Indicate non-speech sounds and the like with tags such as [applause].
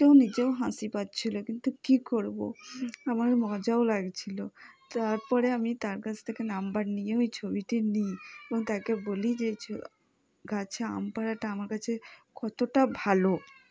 তো নিজেও হাসি পাচ্ছিলো কিন্তু কি করবো আমার মজাও লাগছিলো তারপরে আমি তার কাছ থেকে নাম্বার নিয়ে ওই ছবিটি নিই এবং তাকে বলি যে [unintelligible] গাছে আম পাড়াটা আমার কাছে কতোটা ভালো